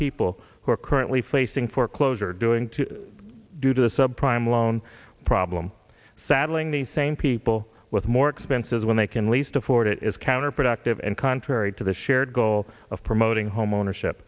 people who are currently facing foreclosure doing two due to the subprime loan problem saddling the same people with more expenses when they can least afford it is counterproductive and contrary to the shared goal of promoting homeownership